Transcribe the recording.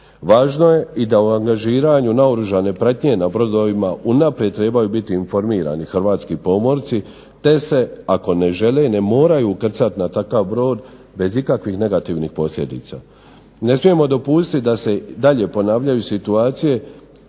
Važno je i da u angažiranju naoružane pratnje na brodovima unaprijed trebaju biti informirani hrvatski pomorci te se ako ne žele ne moraju ukrcat na takav brod bez ikakvih negativnih posljedica. Ne smijemo dopustit da se i dalje ponavljaju situacije